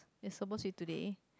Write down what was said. it's supposed to be today